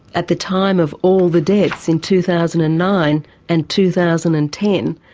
at the time of all the deaths, in two thousand and nine and two thousand and ten,